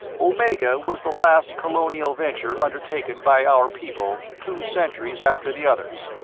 omega was the last colonial venture undertaken by our people, two centuries after the others.